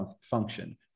function